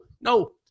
no